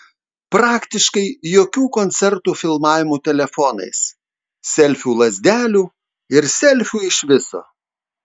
praktiškai jokių koncertų filmavimų telefonais selfių lazdelių ir selfių iš viso